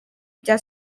bya